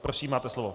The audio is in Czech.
Prosím, máte slovo.